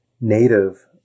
native